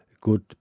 good